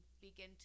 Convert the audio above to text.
begin